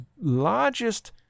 largest